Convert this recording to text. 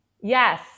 Yes